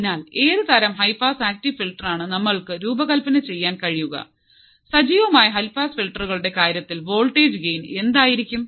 അതിനാൽ ഏത് തരം ഹൈ പാസ് ആക്റ്റീവ് ഫിൽട്ടറാണ് നമ്മൾക്ക് രൂപകൽപ്പന ചെയ്യാൻ കഴിയുക സജീവമായ ഹൈ പാസ് ഫിൽട്ടറുകളുടെ കാര്യത്തിൽ വോൾട്ടേജ് ഗെയ്ൻ എന്തായിരിക്കും